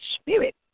spirit